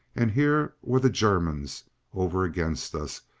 and here were the germans over against us,